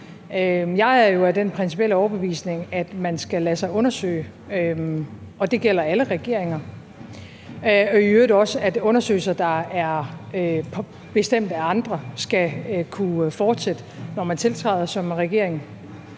Jeg er jo af den principielle overbevisning, at man skal lade sig undersøge, og det gælder alle regeringer, og i øvrigt også, at undersøgelser, der er bestemt af andre, skal kunne fortsætte, når man tiltræder som regering.